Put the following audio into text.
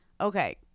Okay